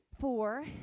four